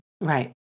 Right